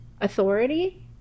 authority